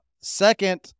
second